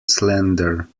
slender